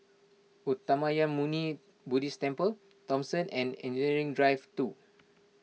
Uttamayanmuni Buddhist Temple Thomson and Engineering Drive two